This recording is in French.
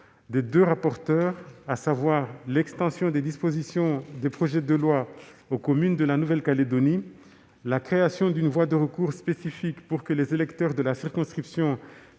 des deux rapporteurs, à savoir l'extension des dispositions des projets de loi aux communes de la Nouvelle-Calédonie ; la création d'une voie de recours spécifique pour que les électeurs puissent contester